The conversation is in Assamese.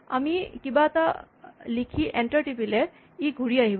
আমি কিবা এটা লিখি এন্টাৰ টিপিলে ই ঘুৰি আহিব